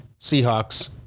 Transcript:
Seahawks